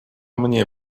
мне